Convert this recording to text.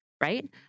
right